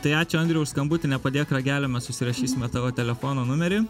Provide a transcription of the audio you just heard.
tai ačiū andriau už skambutį nepadėk ragelio mes užsirašysime tavo telefono numerį